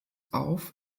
auf